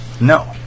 no